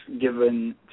given